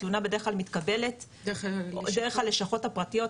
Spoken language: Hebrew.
תלונה בדרך כלל מתקבלת דרך הלשכות הפרטיות,